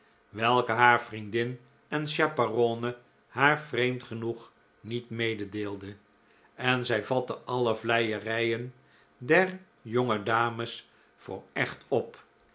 welke haar vriendin en chaperone haar vreemd genoeg niet mededeelde en zij vatte alle vleierijen der jonge dames voor echt op